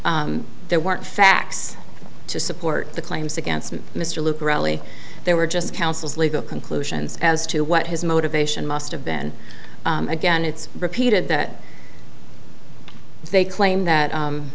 there weren't facts to support the claims against mr luker really they were just counsel's legal conclusions as to what his motivation must have been again it's repeated that they claim that